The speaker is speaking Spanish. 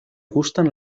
gustan